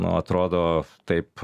nu atrodo taip